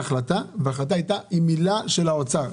החלטה וההחלטה הייתה עם מילה של האוצר.